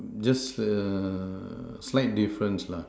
just err slight difference lah